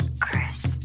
Chris